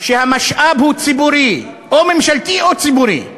כשהמשאב הוא ציבורי, או ממשלתי או ציבורי,